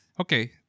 Okay